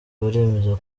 baremeza